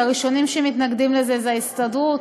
הראשונים שמתנגדים לזה הם ההסתדרות,